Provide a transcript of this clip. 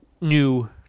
new